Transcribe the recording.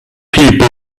people